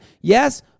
Yes